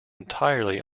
entirely